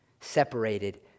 Separated